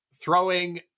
throwing